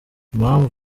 impamvu